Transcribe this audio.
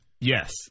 Yes